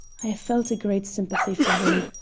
i felt a great sympathy for him.